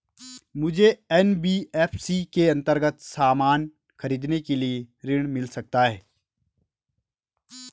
मुझे एन.बी.एफ.सी के अन्तर्गत सामान खरीदने के लिए ऋण मिल सकता है?